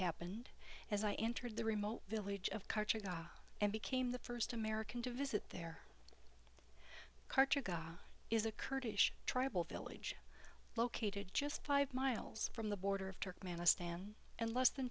happened as i entered the remote village of karcher ga and became the first american to visit there carter god is a kurdish tribal village located just five miles from the border of turkmenistan and less than